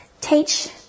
teach